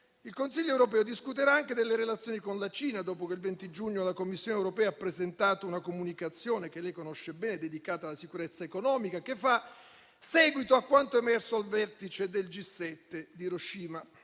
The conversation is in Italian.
il Consiglio europeo discuterà anche delle relazioni con la Cina, dopo che il 20 giugno la Commissione europea ha presentato una comunicazione, che lei conosce bene, dedicata alla sicurezza economica, che fa seguito a quanto è emerso al vertice G7 di Hiroshima